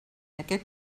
aquest